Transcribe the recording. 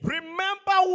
Remember